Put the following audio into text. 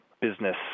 business